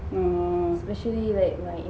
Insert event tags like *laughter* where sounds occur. *laughs*